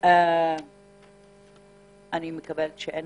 אני מבינה שאין